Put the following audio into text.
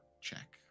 check